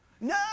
no